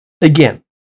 Again